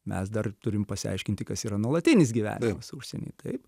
mes dar turim pasiaiškinti kas yra nuolatinis gyvenimas užsienyje taip